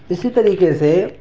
اسی طریقے سے